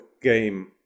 Game